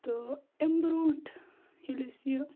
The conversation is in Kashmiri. تہٕ اِمہ برونٛٹھ ییٚلہِ أسۍ یہِ